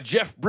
Jeff